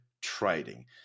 trading